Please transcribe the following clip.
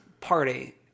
party